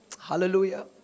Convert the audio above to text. Hallelujah